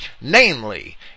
namely